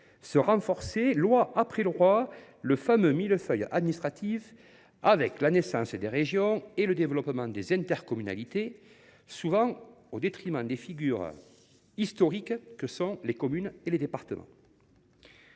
se renforcer, loi après loi, le fameux millefeuille administratif, avec la naissance des régions et le développement des intercommunalités, souvent au détriment des figures historiques que sont les communes et les départements.